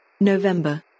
November